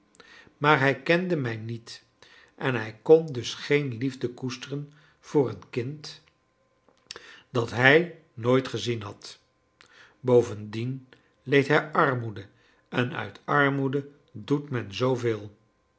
maar hij kende mij niet en hij kon dus geen liefde koesteren voor een kind dat hij nooit gezien had bovendien leed hij armoede en uit armoede doet men zooveel